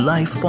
Life